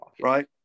right